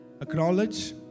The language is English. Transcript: Acknowledge